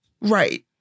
Right